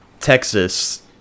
Texas